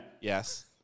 Yes